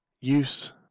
Use